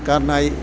കാരനായി